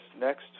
next